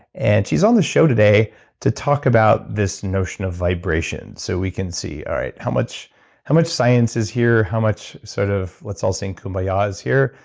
and she's on the show today to talk about this notion of vibration, so we can see ah how much how much science is here, how much sort of let's all-sing-kumbaya ah is here,